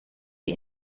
wie